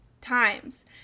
times